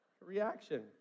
Reaction